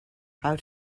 how